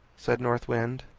said north wind.